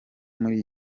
muri